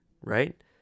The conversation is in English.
right